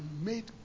made